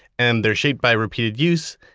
and they're shaped by repeated use.